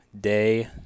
day